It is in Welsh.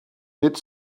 nid